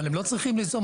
אבל הם לא צריכים ליזום.